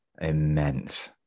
immense